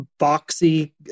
boxy